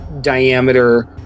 diameter